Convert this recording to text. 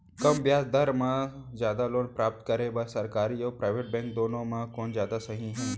कम ब्याज दर मा जादा लोन प्राप्त करे बर, सरकारी अऊ प्राइवेट बैंक दुनो मा कोन जादा सही हे?